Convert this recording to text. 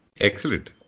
excellent